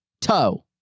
toe